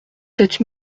sept